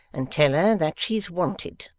and tell her that she's wanted